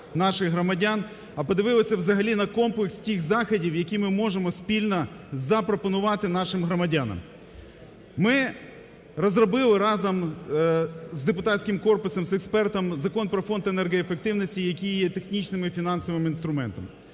А подивились на комплекс тих заходів, які ми можемо спільно запропонувати нашим громадянам. Ми розробили разом з депутатським корпусом, з експертами Закон про Фонд енергоефективності, який є технічним і фінансовим інструментом.